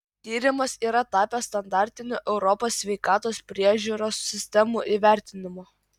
tyrimas yra tapęs standartiniu europos sveikatos priežiūros sistemų įvertinimu